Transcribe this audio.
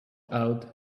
out